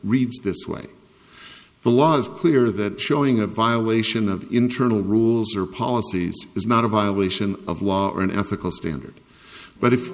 reads this way the law is clear that showing a violation of internal rules or policies is not a violation of law or an ethical standard but if